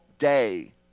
Day